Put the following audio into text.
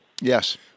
Yes